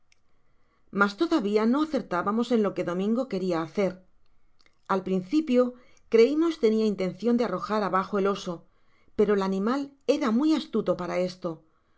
mas todavia no acertábamos en en lo que domingo queria hacer al principio creimos tenia intencion de arrojar abajo al oso pero el animal era muy astuto para esto